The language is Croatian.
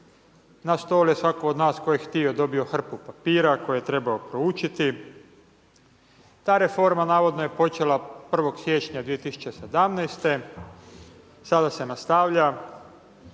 na stol je svatko od nas tko je htio dobio hrpu papira koje je trebao proučiti, ta reforma navodno je počela 1. siječnja 2017. sada se nastavlja